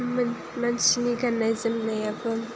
मानसिनि गाननाय जोमनायाबो